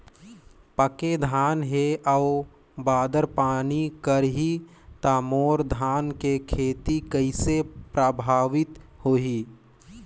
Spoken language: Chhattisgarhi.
पके धान हे अउ बादर पानी करही त मोर धान के खेती कइसे प्रभावित होही?